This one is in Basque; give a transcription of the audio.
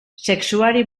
sexuari